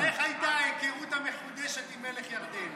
אבל איך הייתה ההיכרות המחודשת עם מלך ירדן?